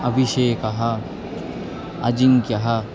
अभिषेकः अजिङ्क्यः